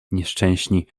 nieszczęśni